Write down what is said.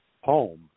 home